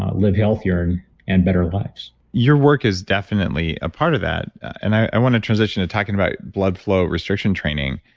um live healthier and better lives your work is definitely a part of that and i want to transition to talking about blood flow restriction training,